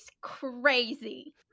crazy